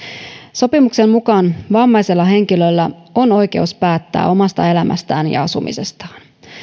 sopimuksen mukaan vammaisella henkilöllä on oikeus päättää omasta elämästään ja asumisestaan